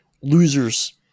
losers